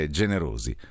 generosi